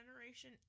generation